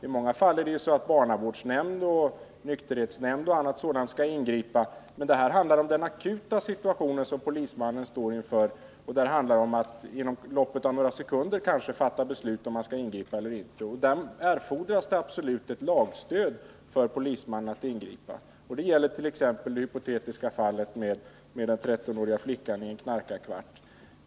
I många fall kan det senare bli fråga om ingripanden från barnavårdsnämnd eller nykterhetsnämnd, men vad det här handlar om är akuta situationer som polismannen står inför. Där kan det handla om att inom loppet av kanske några sekunder fatta beslut om huruvida ingripande skall ske eller inte. Där erfordras absolut ett lagstöd för polismannen när han skall ingripa. Det gäller t.ex. det hypotetiska fallet med den 13-åriga flickan i en knarkarkvart.